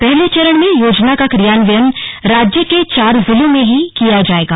पहले चरण में योजना का क्रियान्वयन राज्य के चार जिलों में ही किया जायेगा